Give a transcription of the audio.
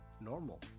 normal